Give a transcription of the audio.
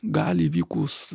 gali įvykus